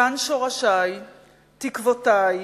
כאן שורשי, תקוותי,